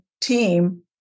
team